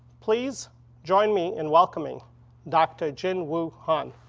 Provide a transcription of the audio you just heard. please join me in welcoming dr. jin-woo han.